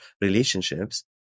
relationships